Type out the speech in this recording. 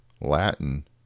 Latin